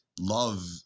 love